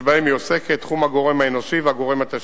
שבהם היא עוסקת: תחום הגורם האנושי והגורם התשתיתי.